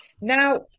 Now